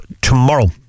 tomorrow